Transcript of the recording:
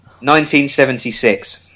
1976